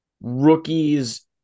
rookies